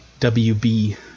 WB